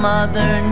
Mother